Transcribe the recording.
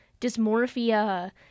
dysmorphia